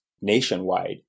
nationwide